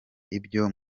ibyo